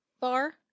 bar